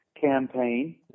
campaign